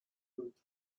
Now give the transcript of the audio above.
through